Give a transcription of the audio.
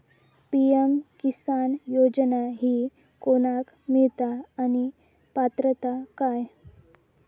PM Kisan योजना ही कोणाक मिळता आणि पात्रता काय?